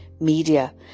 media